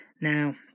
Now